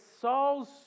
Saul's